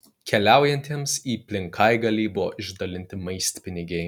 keliaujantiems į plinkaigalį buvo išdalinti maistpinigiai